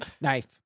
Knife